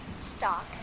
stock